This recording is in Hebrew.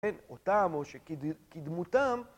כן, אותם או שכדמותם